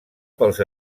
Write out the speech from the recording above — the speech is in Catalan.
pels